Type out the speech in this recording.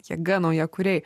jėga naujakuriai